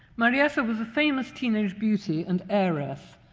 marietta was a famous teenage beauty and heiress,